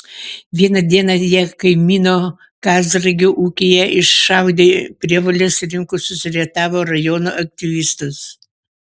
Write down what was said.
vieną dieną jie kaimyno kazragio ūkyje iššaudė prievoles rinkusius rietavo rajono aktyvistus